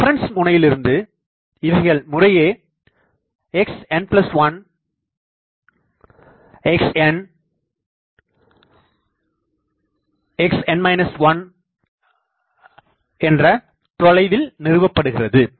reference முனையிலிருந்து இவைகள்முறையே xn1 xn xn 1தொலைவில் நிறுவப்படுகிறது